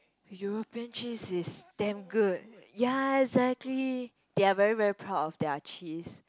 European cheese is damn good ya exactly they're very very proud of their cheese